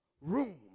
room